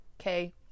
okay